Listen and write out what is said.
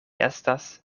estas